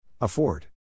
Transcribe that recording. Afford